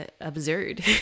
absurd